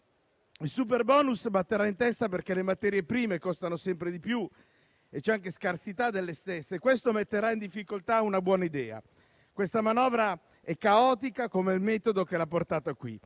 Il superbonus batterà in testa, perché le materie prime costano sempre di più e c'è anche scarsità delle stesse e questo metterà in difficoltà una buona idea. Questa manovra è caotica, come il metodo che l'ha portata qui.